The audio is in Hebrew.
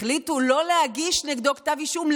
החליטו לא להגיש נגדו כתב אישום.